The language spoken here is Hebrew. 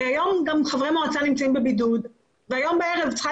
היום יש חברי מועצה שנמצאים בבידוד והערב צריכה